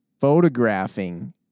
photographing